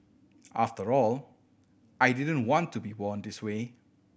after all I didn't want to be born this way